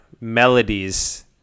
melodies